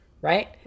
right